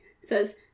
Says